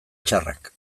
txarrak